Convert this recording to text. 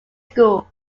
school